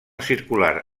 circular